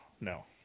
no